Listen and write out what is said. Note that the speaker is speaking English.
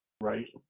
right